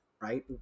right